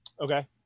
okay